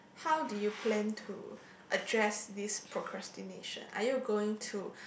how do you plan to address this procrastination are you going to